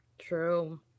True